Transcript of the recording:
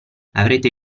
avrete